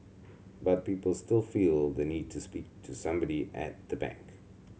but people still feel the need to speak to somebody at a bank